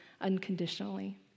unconditionally